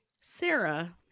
Sarah